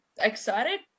excited